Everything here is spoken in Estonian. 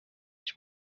mis